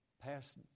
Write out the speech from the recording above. past